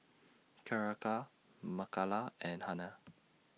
Keira Mikala and Hannah